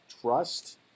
trust